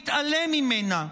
מתעלם ממנה,